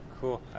Cool